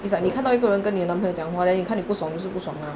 is like 你看到一个人跟你男朋友讲话 then 你看你不爽就是不爽 ah